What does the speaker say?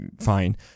fine